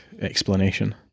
explanation